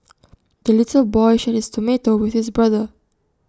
the little boy shared his tomato with his brother